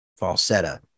falsetta